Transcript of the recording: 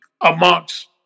amongst